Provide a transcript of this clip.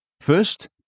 First